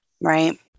Right